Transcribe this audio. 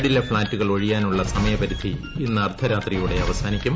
മരടിലെ ഫ്ളാറ്റുകൾ ഒഴിയാനുള്ള സമയപരിധി ഇന്ന് അർദ്ധരാത്രിയോടെ അവസാനിക്കും